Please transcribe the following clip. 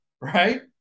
Right